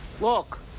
Look